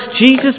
Jesus